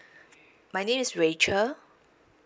my name is rachel